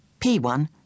P1